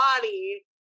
body